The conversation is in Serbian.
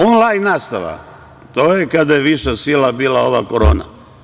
Onlajn nastava, to je kada je viša sila bila, ova korona.